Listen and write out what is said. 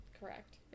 Correct